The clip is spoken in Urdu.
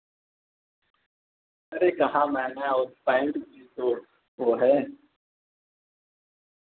ارے کہاں میں نے اور پینٹ بھی تو وہ ہے